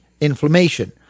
inflammation